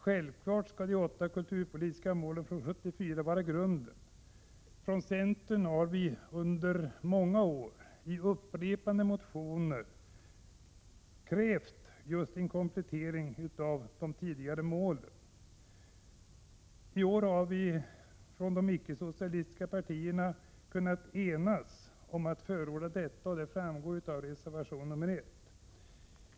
Självfallet skall de åtta kulturpolitiska målen från 1974 vara grunden. Från centern har vi i upprepade motioner under många år krävt just en komplettering av de tidigare målen. I år har de icke-socialistiska partierna kunnat enas om att förorda detta — det framgår av reservation 1.